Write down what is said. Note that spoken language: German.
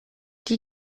die